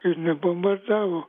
ir nebombardavo